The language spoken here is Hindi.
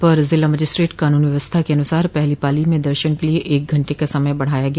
अपर जिला मजिस्ट्रेट कानून व्यवस्था के अनुसार पहली पॉली में दर्शन के लिये एक घंटे का समय बढ़ाया गया